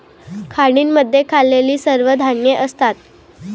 खाणींमध्ये खाल्लेली सर्व धान्ये असतात